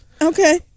Okay